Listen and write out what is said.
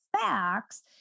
facts